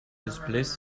displays